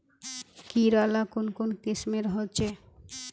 कीड़ा ला कुन कुन किस्मेर होचए?